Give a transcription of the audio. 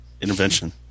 Intervention